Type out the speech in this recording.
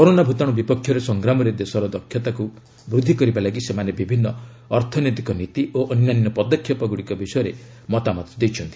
corona ଭୂତାଣୁ ବିପକ୍ଷରେ ସଂଗ୍ରାମରେ ଦେଶର ଦକ୍ଷତାକୁ ବୃଦ୍ଧି କରିବା ଲାଗି ସେମାନେ ବିଭିନ୍ନ ଅର୍ଥନୈତିକ ନୀତି ଓ ଅନ୍ୟାନ୍ୟ ପଦକ୍ଷେପ ବିଷୟରେ ମତାମତ ଦେଇଛନ୍ତି